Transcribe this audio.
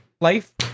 life